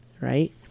Right